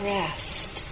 rest